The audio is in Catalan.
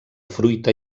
fruita